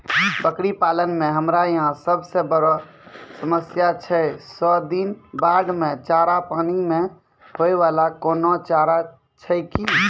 बकरी पालन मे हमरा यहाँ सब से बड़ो समस्या छै सौ दिन बाढ़ मे चारा, पानी मे होय वाला कोनो चारा छै कि?